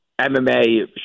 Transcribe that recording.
MMA